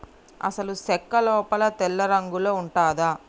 అసలు సెక్క లోపల తెల్లరంగులో ఉంటది